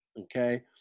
Okay